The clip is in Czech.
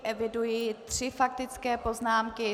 Eviduji tři faktické poznámky.